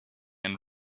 and